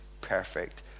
perfect